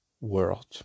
world